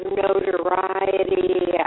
notoriety